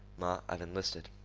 ma, i've enlisted,